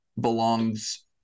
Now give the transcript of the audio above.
belongs